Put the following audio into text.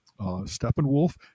steppenwolf